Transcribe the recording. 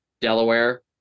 delaware